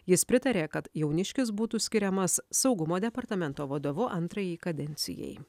jis pritarė kad jauniškis būtų skiriamas saugumo departamento vadovu antrajai kadencijai